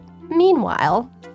meanwhile